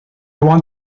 want